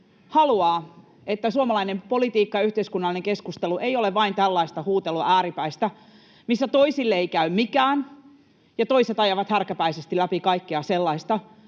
haluaa, että suomalainen politiikka ja yhteiskunnallinen keskustelu ei ole vain tällaista huutelua ääripäistä, missä toisille ei käy mikään ja toiset ajavat härkäpäisesti läpi kaikkea sellaista,